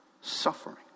suffering